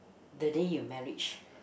the day you marriage